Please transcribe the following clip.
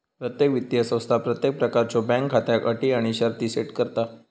प्रत्येक वित्तीय संस्था प्रत्येक प्रकारच्यो बँक खात्याक अटी आणि शर्ती सेट करता